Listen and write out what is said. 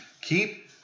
Keep